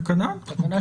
זאת תקנה.